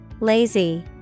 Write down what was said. lazy